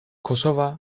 kosova